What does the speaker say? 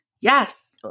Yes